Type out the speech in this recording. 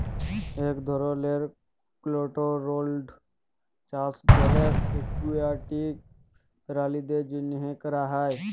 ইক ধরলের কলটোরোলড চাষ জলের একুয়াটিক পেরালিদের জ্যনহে ক্যরা হ্যয়